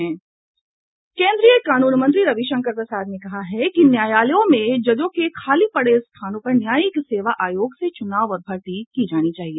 केन्द्रीय कानून मंत्री रविशंकर प्रसाद ने कहा है कि न्यायालयों में जजों के खाली पड़े स्थानों पर न्यायिक सेवा आयोग से चुनाव और भर्ती की जानी चाहिए